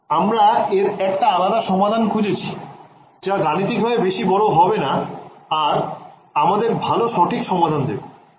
আমরা এর একটা আলাদা সমাধান খুজছি যা গাণিতিক ভাবে বেশি বর হবে না আর আমাদের ভালো সঠিক সমাধান দেবে